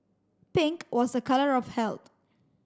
pink was a colour of health